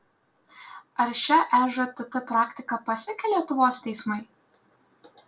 ar šia ežtt praktika pasekė lietuvos teismai